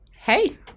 Hey